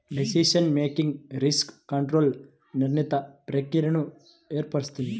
decision making risk కంట్రోల్ల నిరంతర ప్రక్రియను ఏర్పరుస్తుంది